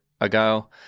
ago